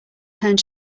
turned